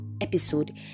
episode